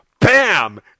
Bam